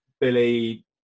Billy